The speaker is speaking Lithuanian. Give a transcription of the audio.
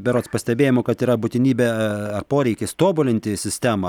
berods pastebėjimų kad yra būtinybė ar poreikis tobulinti sistemą